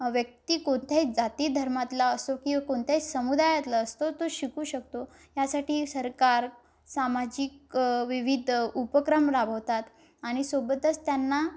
व्यक्ती कोणत्याही जाती धर्मातला असो किंवा कोणत्याही समुदायातला असतो तो शिकू शकतो ह्यासाठी सरकार सामाजिक विविध उपक्रम राबवतात आणि सोबतच त्यांना